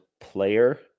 player